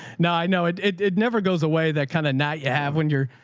no, i know it, it it never goes away. that kind of not. you have when you're,